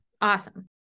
awesome